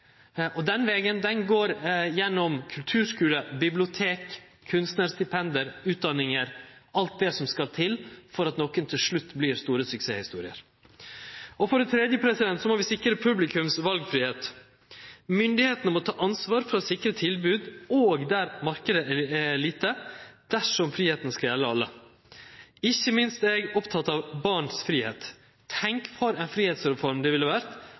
og den vegen går gjennom kulturskule, bibliotek, kunstnarstipend, utdanningar – alt det som skal til for at nokon til slutt vert store suksesshistorier. For det tredje må vi sikre publikum sin valfridom. Myndigheitene må ta ansvar for å sikre tilbod òg der marknaden er liten, dersom fridomen skal gjelde for alle. Ikkje minst er eg oppteken av fridomen til barna. Tenk for ein fridomsreform det ville